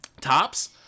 Tops